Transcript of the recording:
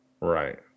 right